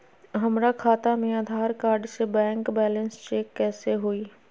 हमरा खाता में आधार कार्ड से बैंक बैलेंस चेक कैसे हुई?